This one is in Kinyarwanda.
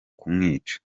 kumwica